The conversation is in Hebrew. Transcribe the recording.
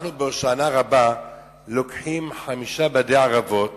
בהושענא רבה אנחנו לוקחים חמישה בדי ערבות